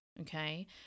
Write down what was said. okay